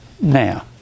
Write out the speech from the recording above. Now